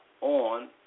on